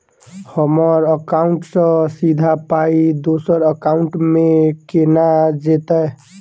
हम्मर एकाउन्ट सँ सीधा पाई दोसर एकाउंट मे केना जेतय?